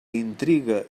intriga